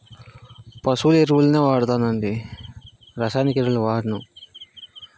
పశువు ఎరువులనే వాడుతానండి రసాయినిక ఎరువులని వాడను